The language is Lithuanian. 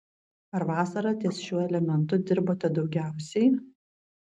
ar vasarą ties šiuo elementu dirbote daugiausiai